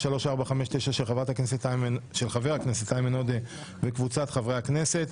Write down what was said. פ/3459/24 של חבר הכנסת איימן עודה וקבוצת חברי הכנסת.